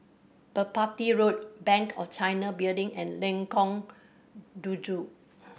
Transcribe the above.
Merpati Road Bank of China Building and Lengkong Tujuh